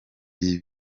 iyi